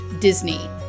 disney